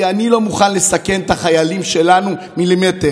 כי אני לא מוכן לסכן את החיילים שלנו במילימטר,